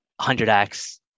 100X